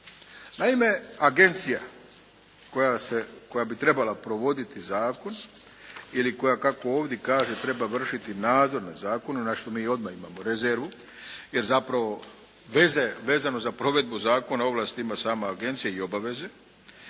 Naime agencija koja se, koja bi trebala provoditi zakon ili koja kako ovdje kaže treba vršiti nadzor nad zakonom, na što mi odmah imamo rezervu, jer zapravo vezano za provedbu zakona ovlast ima sama agencija i obaveze,